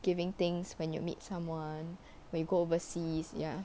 giving things when you meet someone when you go overseas ya